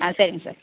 ஆ சரிங்க சார்